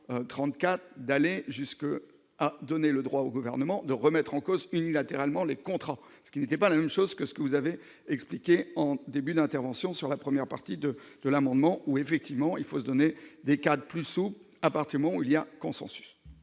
d'aller jusque à donner le droit au gouvernement de remettre en cause unilatéralement les contrats, ce qui n'était pas la même chose que ce que vous avez expliqué en début d'intervention sur la première partie de de l'amendement où effectivement il faut se donner des cas depuis son appartement, où il y a consensus.